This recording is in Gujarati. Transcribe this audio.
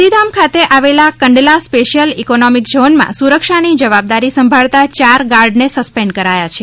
ગાંધીધામ ખાતે આવેલા કંડલા સ્પેશ્યલ ઇકોનોમિક ઝોનમાં સુરક્ષાની જવાબદારી સંભાળતા ચાર ગાર્ડને સસ્પેન્ડ કરાયા છે